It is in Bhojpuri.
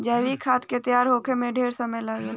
जैविक खाद के तैयार होखे में ढेरे समय लागेला